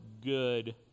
good